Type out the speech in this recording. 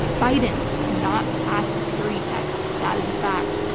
biden cannot pass a purity test, that is a fact.